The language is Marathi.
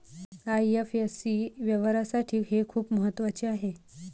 आई.एफ.एस.सी व्यवहारासाठी हे खूप महत्वाचे आहे